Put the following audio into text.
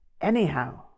anyhow